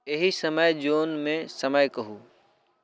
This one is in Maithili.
एहि समय जोनमे समय कहू